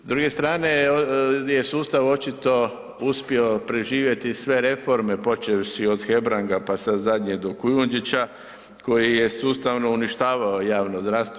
S druge strane je sustav očito uspio preživjeti sve reforme, počevši od Hebranga, pa sad zadnje do Kujundžića koji je sustavno uništavao javno zdravstvo.